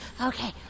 Okay